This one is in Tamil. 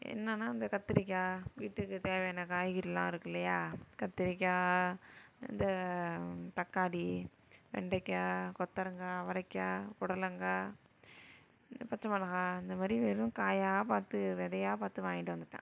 என்னன்னா இந்த கத்திரிக்காய் வீட்டுக்கு தேவையான காய்கறிலாம் இருக்குல்லையா கத்திரிக்காய் இந்த தக்காளி வெண்டைக்காய் கொத்தவரங்கா அவரைக்காய் புடலங்கா பச்சமொளகாய் இந்தமாதிரி வெறும் காயாக பார்த்து விதையா பார்த்து வாங்கிகிட்டு வந்துவிட்டேன்